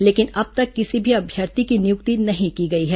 लेकिन अब तक किसी भी अभ्यर्थी की नियुक्ति नहीं की गई है